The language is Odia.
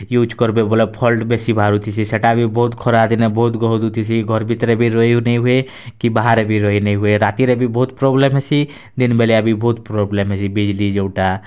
ୟୁଜ୍ କରବେ ବୋଲେ ଫଲ୍ଟ୍ ବେଶୀ ବାହାରୁଥିସି ସେଟା ବି ବହୁତ୍ ଖରାଦିନେ ବହୁତ୍ ଗହଦୁଥିସି ଘର୍ ଭିତରେ ବି ରହି ନେଇହୁଏ କି ବାହାରେ ବି ରହି ନେଇହୁଏ ରାତିରେ ବି ବହୁତ୍ ପ୍ରୋବ୍ଲେମ୍ ହେସି ଦିନ୍ ବେଲିଆ ବି ବହୁତ୍ ପ୍ରୋବ୍ଲେମ୍ ହେସି ବିଜଲି ଯେଉଁଟା